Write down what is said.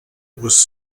was